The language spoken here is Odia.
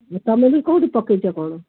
ତମେ ବି କେଉଁଠୁ ପକେଇଛ କ'ଣ